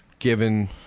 given